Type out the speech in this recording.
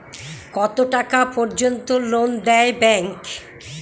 কত টাকা পর্যন্ত লোন দেয় ব্যাংক?